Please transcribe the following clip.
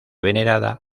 venerada